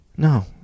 No